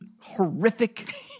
horrific